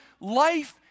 life